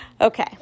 Okay